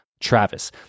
Travis